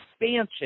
expansion